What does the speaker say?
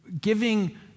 giving